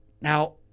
Now